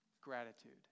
Gratitude